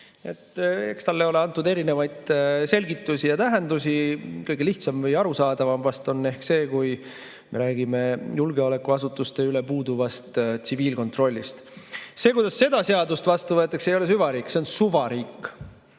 Eks talle ole antud erinevaid selgitusi ja tähendusi, kõige lihtsam või arusaadavam on ehk see, kui me räägime julgeolekuasutuste üle puuduvast tsiviilkontrollist. See, kuidas seda seadust vastu võetakse, ei ole, süvariik, see on suvariik.